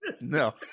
No